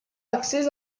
accés